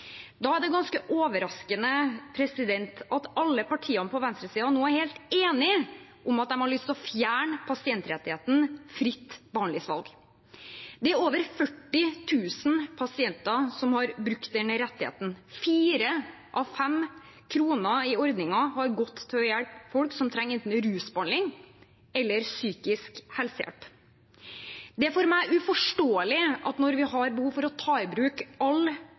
Da er det ganske overraskende at alle partiene på venstresiden nå er helt enige om at de har lyst til å fjerne pasientrettigheten fritt behandlingsvalg. Det er over 40 000 pasienter som har brukt denne rettigheten. 4 av 5 kr i ordningen har gått til å hjelpe folk som trenger enten rusbehandling eller psykisk helsehjelp. Det er for meg uforståelig at når vi har behov for å ta i bruk